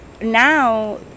now